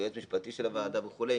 יועץ משפטי של הוועדה וכו',